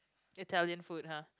Italian food ha